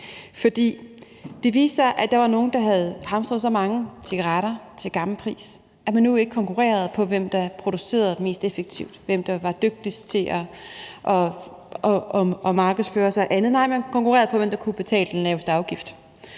det viste sig, at der var nogle, der havde hamstret så mange cigaretter til gammel pris, at man nu ikke konkurrerede på, hvem der producerede mest effektivt, og hvem der var dygtigst til at markedsføre sig. Nej, man konkurrerede på, hvem der kunne betale den laveste afgift,